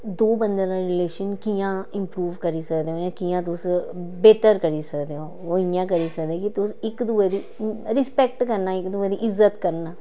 दो बंदें दा रिलेशन कि'यां इंप्रूव करी सकने कि'यां तुस बेह्तर करी सकदे ओ ओह् इ'यां करी सकदे कि तुस इक दूऐ दी रिस्पेक्ट करना इक दूऐ दी इज्जत करना